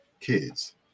Kids